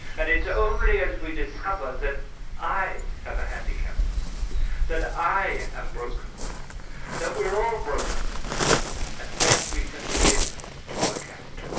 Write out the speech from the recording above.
and it's only as we discover that i have a handicap that i am broken that we're all broken and then we can begin to work at it